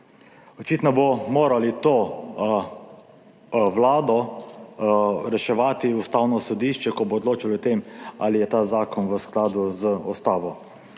Očitno bo moralo to vlado reševati Ustavno sodišče, ko bo odločalo o tem, ali je ta zakon v skladu z ustavo.